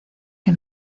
que